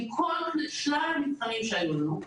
עם כל שלל המבחנים שהיו לנו,